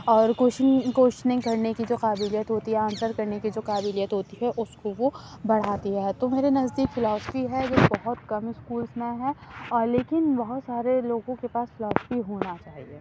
اور question questioning کرنے کی جو قابلیت ہوتی ہے آنسر کرنے کی جو قابلیت ہوتی ہے اس کو وہ بڑھاتی ہے تو میرے نزدیک فلاسفی ہے جو بہت کم اسکولس میں ہے اور لیکن بہت سارے لوگوں کے پاس فلاسفی ہونا چاہیے